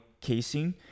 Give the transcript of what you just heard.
casing